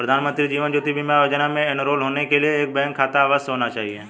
प्रधानमंत्री जीवन ज्योति बीमा योजना में एनरोल होने के लिए एक बैंक खाता अवश्य होना चाहिए